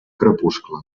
crepuscle